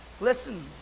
listen